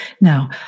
Now